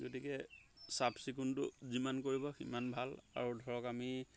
গতিকে চাফ চিকুণটো যিমান কৰিব সিমান ভাল আৰু ধৰক আমি